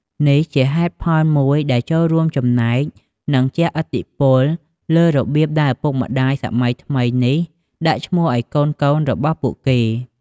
នេះជាហេតុផលមួយដែលចូលរួមចំណែក និងជះឥទ្ធិពលលើរបៀបដែលឪពុកម្ដាយសម័យថ្មីនេះដាក់ឈ្មោះឱ្យកូនៗរបស់ពួកគេ។